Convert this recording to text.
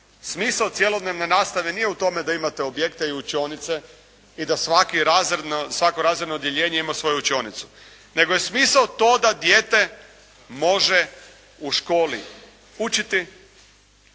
smisao cjelodnevne nastave nije u tome da imate objekte i učionice i da svako razredno odjeljenje ima svoju razrednu učionicu nego je smisao to da dijete može u školi učiti,